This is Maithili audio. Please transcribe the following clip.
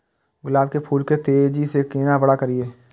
गुलाब के फूल के तेजी से केना बड़ा करिए?